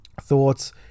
thoughts